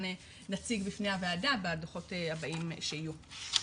נציג בפני הוועדה בדו"חות הבאים שיהיו.